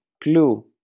clue